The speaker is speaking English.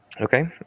Okay